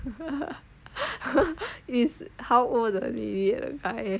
is how old the lady and the guy